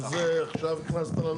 אבל זה עכשיו הכנסת לנו